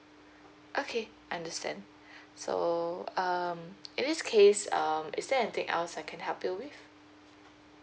okay understand so um in this case um is there anything else I can help you with